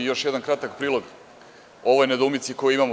Još jedan kratak prilog o ovoj nedoumici koju imamo.